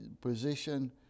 position